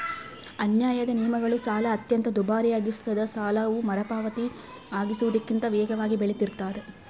ಅನ್ಯಾಯದ ನಿಯಮಗಳು ಸಾಲ ಅತ್ಯಂತ ದುಬಾರಿಯಾಗಿಸ್ತದ ಸಾಲವು ಮರುಪಾವತಿಸುವುದಕ್ಕಿಂತ ವೇಗವಾಗಿ ಬೆಳಿತಿರ್ತಾದ